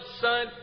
son